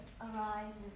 arises